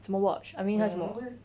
什么 watch I mean 那什么